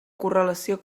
correlació